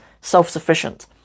self-sufficient